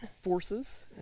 Forces